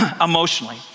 emotionally